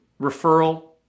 referral